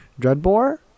Dreadboar